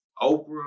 Oprah